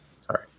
Sorry